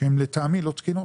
שהן לטעמי לא תקינות.